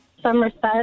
somerset